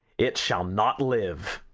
it shall not live.